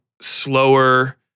slower